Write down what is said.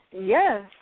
Yes